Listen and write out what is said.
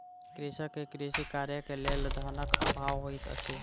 कृषक के कृषि कार्य के लेल धनक अभाव होइत अछि